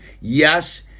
Yes